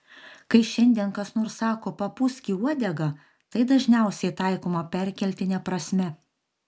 kai šiandien kas nors sako papūsk į uodegą tai dažniausiai taikoma perkeltine prasme